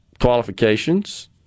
qualifications